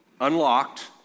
unlocked